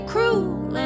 cruel